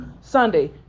Sunday